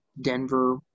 Denver